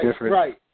right